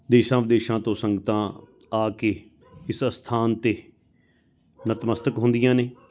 ਦੇਸ਼ਾਂ ਵਿਦੇਸ਼ਾਂ ਤੋਂ ਸੰਗਤਾਂ ਆ ਕੇ ਇਸ ਅਸਥਾਨ 'ਤੇ ਨਤਮਸਤਕ ਹੁੰਦੀਆਂ ਨੇ